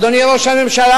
אדוני ראש הממשלה,